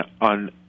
on